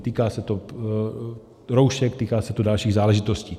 Týká se to roušek, týká se to dalších záležitostí.